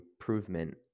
improvement